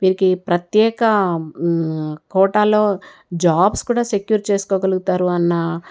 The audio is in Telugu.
వీరికి ప్రత్యేక కోటాలో జాబ్స్ కూడా సెక్యూర్ చేసుకోగలుగుతారు అన్న